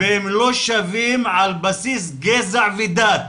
והם לא שווים על בסיס גזע ודת,